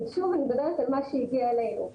אני שוב, אני מדברת על מה שהגיע אלינו,